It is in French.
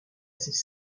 ces